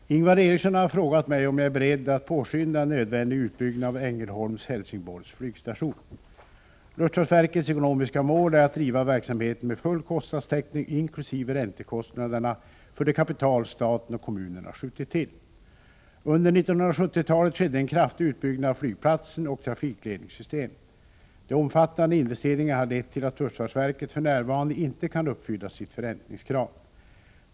Herr talman! Ingvar Eriksson har frågat mig om jag är beredd att påskynda en nödvändig utbyggnad av Ängelholms/Helsingborgs flygstation. Luftfartsverkets ekonomiska mål är att driva verksamheten med full kostnadstäckning, inkl. räntekostnaderna för det kapital staten och kommunerna skjutit till. Under 1970-talet skedde en kraftig utbyggnad av flygplatsen och dess trafikledningssystem. De omfattande investeringarna har lett till att luftfartsverket för närvarande inte kan uppfylla sitt förräntningskrav.